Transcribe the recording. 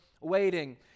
waiting